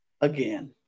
again